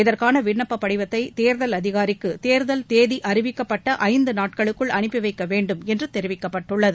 இதற்கான விண்ணப்பப் படிவத்தை தேர்தல் அதிகாரிக்கு தேர்தல் தேதி அறிவிக்கப்பட்ட ஐந்து நாட்களுக்குள் அனுப்பிவைக்க வேண்டும் என்று தெரிவிக்கப்பட்டுள்ளது